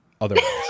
otherwise